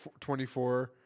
24